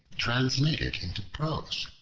translated into prose.